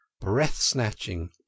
breath-snatching